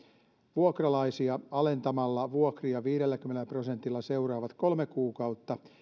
vuokralaisia alentamalla vuokria viidelläkymmenellä prosentilla seuraavat kolme kuukautta